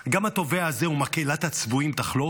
גם התובע הזה ומקהלת הצבועים יחלפו,